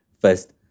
first